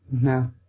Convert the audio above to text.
No